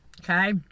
Okay